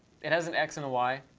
it has an x and a y.